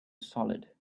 solid